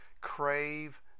crave